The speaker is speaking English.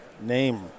Name